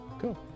Cool